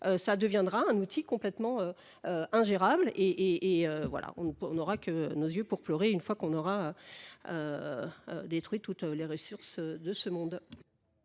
ça deviendra un outil complètement ingérable et voilà, on aura que nos yeux pour pleurer une fois qu'on aura détruit toutes les ressources de ce monde.